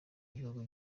gihugu